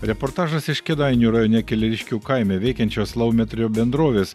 reportažas iš kėdainių rajone keleriškių kaime veikiančios laumetrio bendrovės